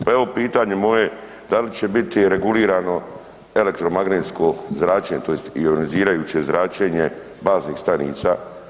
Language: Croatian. Pa evo pitanje moje, da li će biti regulirano elektromagnetsko zračenje tj. ionizirajuće zračenje baznih stanica?